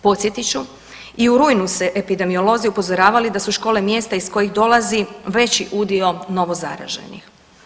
Podsjetit ću i u rujnu su epidemiolozi upozoravali da su škole mjesta iz kojih dolazi veći udio novozaraženih.